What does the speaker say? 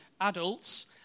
adults